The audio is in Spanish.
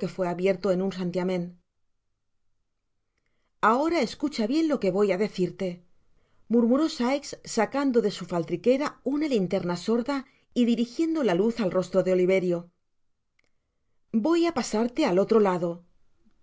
que í en un santiamen escucha bien lo que voy á decirte murmuró si de su faltriquera una lintsrna sorda y dirijiendo la al rostro de oliverio voy á pasarte al otro lado